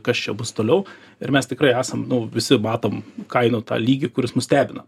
kas čia bus toliau ir mes tikrai esam nu visi matome kainų tą lygį kuris nustebino